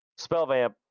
Spellvamp